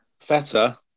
Feta